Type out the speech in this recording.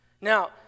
Now